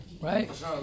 Right